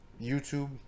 youtube